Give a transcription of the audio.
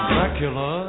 Dracula